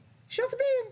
שעובדים.